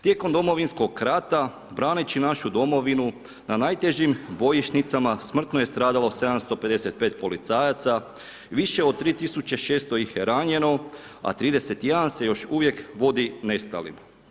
Tijekom Domovinskog rata braneći našu domovinu na najtežim bojišnicama smrtno je stradalo 755 policajaca, više od 3600 ih je ranjeno, a 31 se još uvijek vodi nestalim.